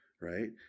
right